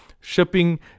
Shipping